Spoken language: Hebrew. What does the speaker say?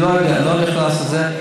אני לא נכנס לזה.